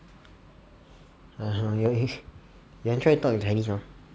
err you want try talk in chinese now